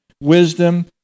wisdom